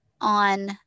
on